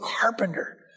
carpenter